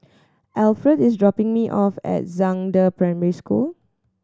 Alferd is dropping me off at Zhangde Primary School